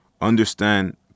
understand